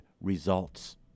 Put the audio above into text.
results